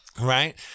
Right